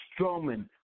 Strowman